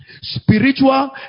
spiritual